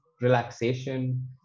relaxation